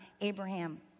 Abraham